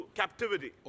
captivity